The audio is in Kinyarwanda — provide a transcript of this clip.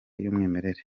y’umwimerere